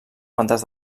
bandes